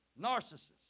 narcissist